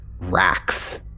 racks